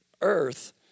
Earth